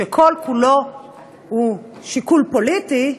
שכל-כולו הוא שיקול פוליטי,